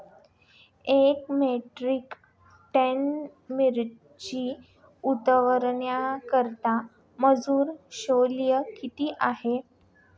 एक metric ton मिरची उतरवण्याकरता मजुर शुल्क किती आहे?